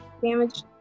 damage